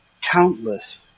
countless